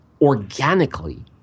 Organically